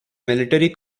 military